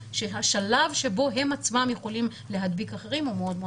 שהשלב שבו הם עצמם יכולים להדביק אחרים הוא מאוד מאוד